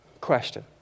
question